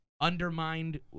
undermined